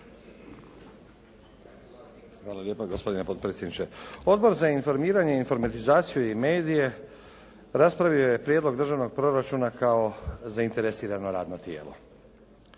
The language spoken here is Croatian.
Hvala lijepa. Gospodine potpredsjedniče. Odbor za informiranje, informatizaciju i medije raspravio je Prijedlog državnog proračuna kao zainteresirano radno tijelo.